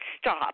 stop